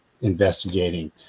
investigating